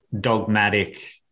dogmatic